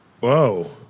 Whoa